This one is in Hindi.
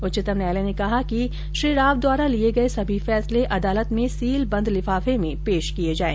उच्चतम न्यायालय ने कहा है कि श्री राव द्वारा लिए गए सभी फैसले अदालत में सील बंद लिफाफे में पेश किए जाएं